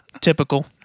Typical